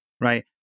right